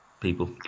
people